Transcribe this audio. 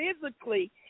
physically